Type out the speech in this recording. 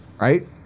right